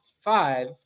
five